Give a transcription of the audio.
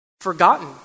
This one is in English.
Forgotten